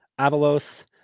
Avalos